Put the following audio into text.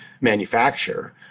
manufacture